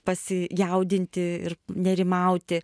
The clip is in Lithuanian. pasijaudinti ir nerimauti